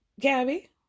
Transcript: Gabby